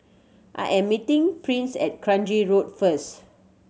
I am meeting Price at Kranji Road first